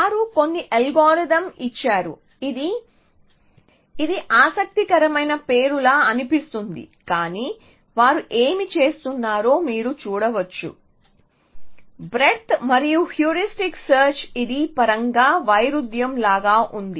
వారు కొన్ని అల్గోరిథం ఇచ్చారు ఇది ఆసక్తికరమైన పేరులా అనిపిస్తుంది కానీ వారు ఏమి చేస్తున్నారో మీరు చూడవచ్చు బ్రేడ్త్ మొదటి హ్యూరిస్టిక్ సెర్చ్ ఇది పరంగా వైరుధ్యం లాగా ఉంది